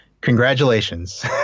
Congratulations